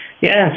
Yes